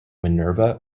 minerva